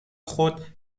خود